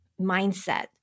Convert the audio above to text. mindset